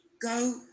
go